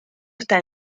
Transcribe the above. esta